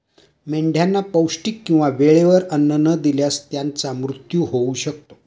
मेंढ्यांना पौष्टिक किंवा वेळेवर अन्न न दिल्यास त्यांचा मृत्यू होऊ शकतो